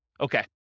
Okay